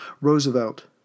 Roosevelt